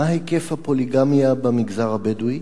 1. מה הוא היקף הפוליגמיה במגזר הבדואי?